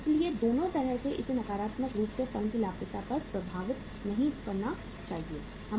इसलिए दोनों तरह से इसे नकारात्मक रूप से फर्म की लाभप्रदता को प्रभावित नहीं करना चाहिए